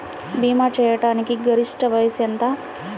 భీమా చేయాటానికి గరిష్ట వయస్సు ఎంత?